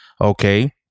okay